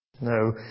No